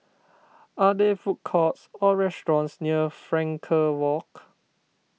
are there food courts or restaurants near Frankel Walk